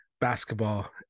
basketball